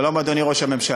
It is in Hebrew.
שלום, אדוני ראש הממשלה,